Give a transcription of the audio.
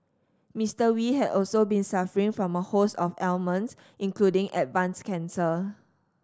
Mister Wee had also been suffering from a host of ailments including advanced cancer